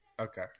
okay